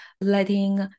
letting